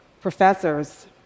professors